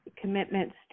commitments